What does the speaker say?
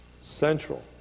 Central